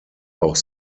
auch